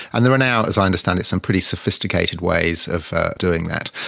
and there are now, as i understand it, some pretty sophisticated ways of doing that.